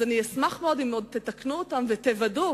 אז אשמח מאוד אם עוד תתקנו אותם ותוודאו,